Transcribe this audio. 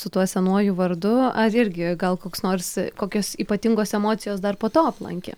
su tuo senuoju vardu ar irgi gal koks nors kokios ypatingos emocijos dar po to aplankė